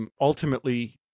ultimately